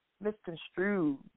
misconstrued